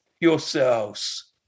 yourselves